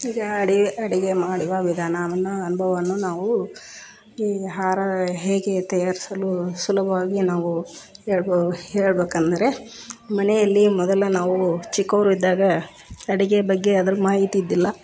ಈಗ ಅಡುಗೆ ಅಡುಗೆ ಮಾಡುವ ವಿಧಾನವನ್ನ ಅನುಭವನ್ನು ನಾವು ಈ ಆಹಾರ ಹೇಗೆ ತಯಾರಿಸಲು ಸುಲಭವಾಗಿ ನಾವು ಹೇಳ್ಬೋ ಹೇಳ್ಬೇಕಂದರೆ ಮನೆಯಲ್ಲಿ ಮೊದಲು ನಾವು ಚಿಕ್ಕವರು ಇದ್ದಾಗ ಅಡುಗೆ ಬಗ್ಗೆ ಅದ್ರ ಮಾಹಿತಿ ಇದ್ದಿಲ್ಲ